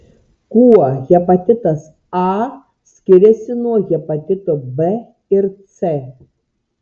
kuo hepatitas a skiriasi nuo hepatito b ir c